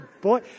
boy